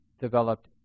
developed